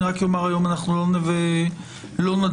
היום אנחנו לא נצביע,